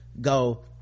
go